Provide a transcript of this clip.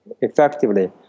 effectively